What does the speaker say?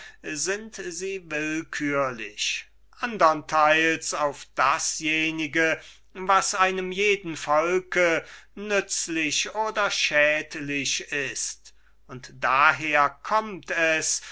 sind sie willkürlich andern teils auf dasjenige was einem jeden volke nützlich oder schädlich ist und daher kommt es